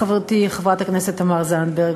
חברתי חברת הכנסת תמר זנדברג.